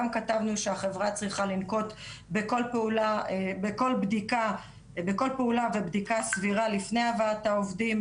גם כתבנו שהחברה צריכה לנקוט בכל פעולה ובדיקה סבירה לפני הבאת העובדים,